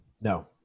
No